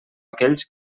aquells